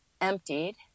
emptied